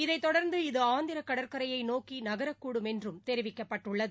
இதைதொடர்ந்த் இது ஆந்திரகடற்கரையைநோக்கிநகரக்கூடும் என்றும் தெரிவிக்கப்பட்டுள்ளது